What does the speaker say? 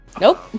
Nope